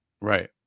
Right